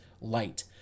light